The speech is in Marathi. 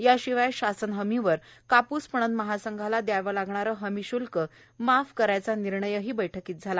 याशिवाय शासन हमीवर कापूस पणन महासंघाला द्यावं लागणारं हमी श्ल्क माफ करायचा निर्णयही बैठकीत झाला